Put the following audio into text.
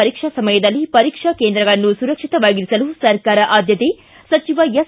ಪರೀಕ್ಷಾ ಸಮಯದಲ್ಲಿ ಪರೀಕ್ಷಾ ಕೇಂದ್ರಗಳನ್ನು ಸುರಕ್ಷಿತವಾಗಿರಿಸಲು ಸರ್ಕಾರ ಆದ್ಮತೆ ಸಚಿವ ಎಸ್